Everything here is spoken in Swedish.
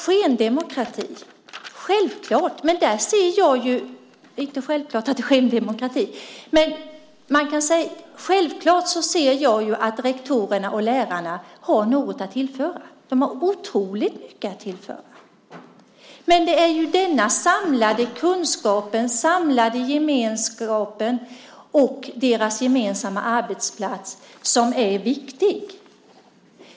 Skendemokrati - ja, självklart ser jag att rektorerna och lärarna har något att tillföra. De har otroligt mycket att tillföra. Men det är den samlade kunskapen, den samlade gemenskapen och den gemensamma arbetsplatsen som är det viktiga.